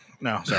No